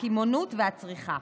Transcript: הקמעונות והצריכה.